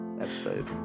episode